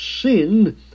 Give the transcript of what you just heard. sin